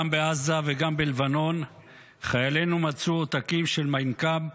גם בעזה וגם בלבנון חיילינו מצאו עותקים של מיין קאמפף,